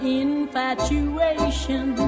infatuation